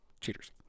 Cheaters